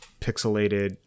pixelated